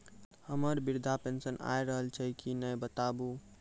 हमर वृद्धा पेंशन आय रहल छै कि नैय बताबू?